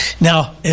Now